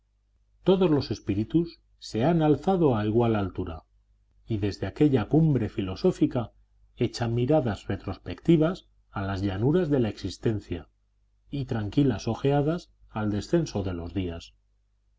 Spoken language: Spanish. todos los espíritus se han alzado a igual altura y desde aquella cumbre filosófica echan miradas retrospectivas a las llanuras de la existencia y tranquilas ojeadas al descenso de los días